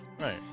Right